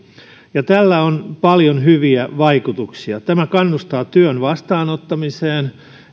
ja tällä on paljon hyviä vaikutuksia tämä kannustaa työn vastaanottamiseen